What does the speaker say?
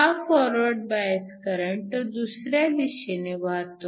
हा forward bias current दुसऱ्या दिशेने वाहतो